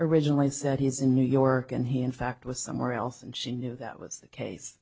original i said he's in new york and he in fact was somewhere else and she knew that was the case